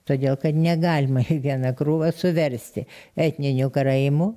todėl kad negalima į vieną krūvą suversti etninių karaimų